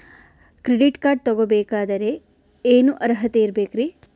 Credit card ತೊಗೋ ಬೇಕಾದರೆ ಏನು ಅರ್ಹತೆ ಇರಬೇಕ್ರಿ?